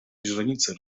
źrenice